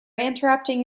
interrupting